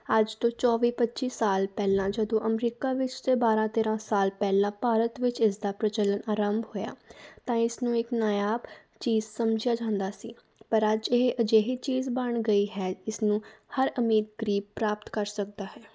ਅੱਜ ਤੋਂ ਚੌਵੀ ਪੱਚੀ ਸਾਲ ਪਹਿਲਾਂ ਜਦੋਂ ਅਮਰੀਕਾ ਵਿੱਚ ਅਤੇ ਬਾਰ੍ਹਾਂ ਤੇਰ੍ਹਾਂ ਸਾਲ ਪਹਿਲਾਂ ਭਾਰਤ ਵਿੱਚ ਇਸ ਦਾ ਪ੍ਰਚਲਨ ਆਰੰਭ ਹੋਇਆ ਤਾਂ ਇਸ ਨੂੰ ਇੱਕ ਨਯਾਬ ਚੀਜ਼ ਸਮਝਿਆ ਜਾਂਦਾ ਸੀ ਪਰ ਅੱਜ ਇਹ ਅਜਿਹੀ ਚੀਜ਼ ਬਣ ਗਈ ਹੈ ਇਸਨੂੰ ਹਰ ਅਮੀਰ ਗਰੀਬ ਪ੍ਰਾਪਤ ਕਰ ਸਕਦਾ ਹੈ